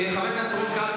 חבר הכנסת רון כץ,